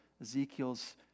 Ezekiel's